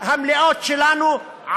המלאות שלנו,